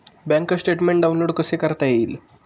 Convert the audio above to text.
Bank statement download कसे करता येईल?